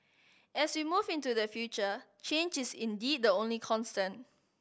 as we move into the future change is indeed the only constant